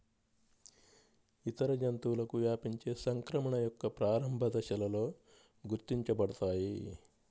ఇతర జంతువులకు వ్యాపించే సంక్రమణ యొక్క ప్రారంభ దశలలో గుర్తించబడతాయి